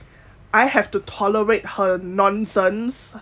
I have to tolerate her nonsense